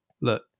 look